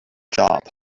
job